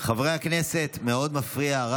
חברי הכנסת, הרעש כאן מאוד מפריע.